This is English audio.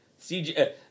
CJ